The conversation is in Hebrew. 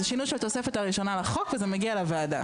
זה שינוי של התוספת הראשונה לחוק וזה מגיע לוועדה.